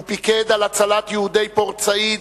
הוא פיקד על הצלת יהודי פורט-סעיד,